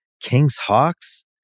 Kings-Hawks